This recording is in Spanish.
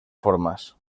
formas